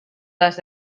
les